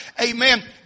amen